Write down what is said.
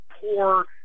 poor